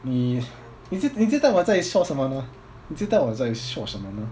你你知你知道我在说什么呢你知道我在说什么呢